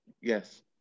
Yes